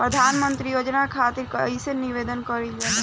प्रधानमंत्री योजना खातिर कइसे आवेदन कइल जाला?